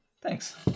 Thanks